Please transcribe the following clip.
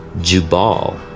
Jubal